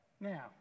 now